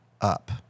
up